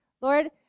Lord